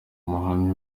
ubuhamya